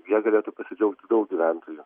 ja galėtų pasidžiaugt daug gyventojų